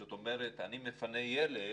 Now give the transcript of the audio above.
זאת אומרת, אני מפנה ילד